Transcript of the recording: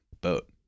boat